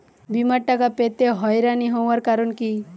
বিমার টাকা পেতে হয়রানি হওয়ার কারণ কি?